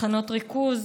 מחנות ריכוז,